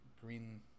green